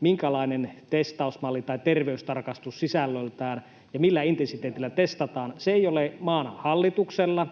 minkälainen testausmalli tai terveystarkastus on sisällöltään ja millä intensiteetillä testataan, ole maan hallituksella,